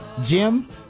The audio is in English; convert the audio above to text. Jim